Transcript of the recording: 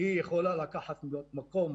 היא יכולה לשכור מקום